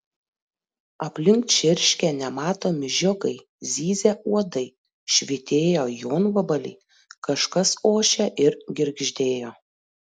aplink čirškė nematomi žiogai zyzė uodai švytėjo jonvabaliai kažkas ošė ir girgždėjo